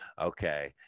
okay